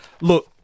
look